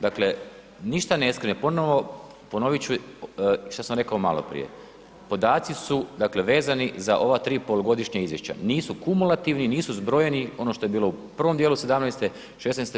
Dakle, ništa ne skrivam, ponovo ponovit ću što sam rekao maloprije, podaci su, dakle, vezani za ova 3 polugodišnja izvješća, nisu kumulativni, nisu zbrojeni, ono što je bilo u prvom dijelu 2017., 2016,